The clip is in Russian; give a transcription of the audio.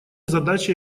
задача